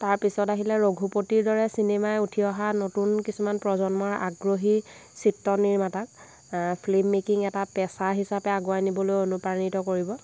তাৰপিছত আহিলে ৰঘুপতিৰ দৰে চিনেমাই উঠি অহা নতুন কিছুমান প্ৰজন্মৰ আগ্ৰহী চিত্ৰ নিৰ্মাতাক ফিল্ম মেকিং এটা পেচা হিচাপে আগুৱাই নিবলৈ অনুপ্ৰাণিত কৰিব